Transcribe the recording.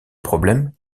problème